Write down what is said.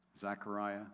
Zachariah